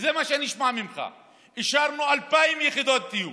וזה מה שנשמע ממך, אישרנו 2,000 יחידות דיור,